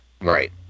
Right